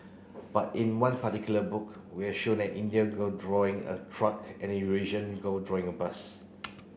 but in one particular book we have show an Indian girl drawing a truck and a Eurasian girl drawing a bus